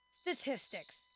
Statistics